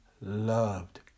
loved